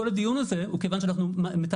כל הדיון הזה הוא כיוון שאנחנו מתעדפים